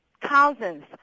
thousands